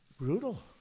brutal